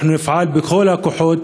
אנחנו נפעל בכל הכוחות,